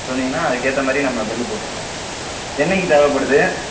சொன்னீங்கன்னால் அதுக்கேற்ற மாதிரி நம்ம பில்லு போட்டுடலாம் என்றைக்கி தேவைப்படுது